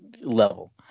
level